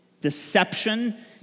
deception